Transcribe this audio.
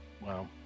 Wow